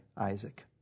Isaac